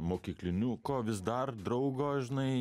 mokyklinuko vis dar draugo žinai